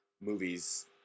movies